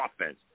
offense